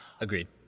Agreed